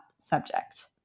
subject